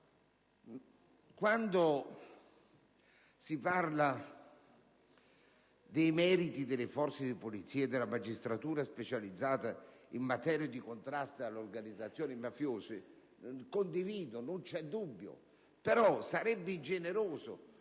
Quando si parla dei meriti delle forze di polizia e della magistratura specializzata in materia di contrasto alle organizzazioni mafiose, non posso non essere d'accordo, però sarebbe ingeneroso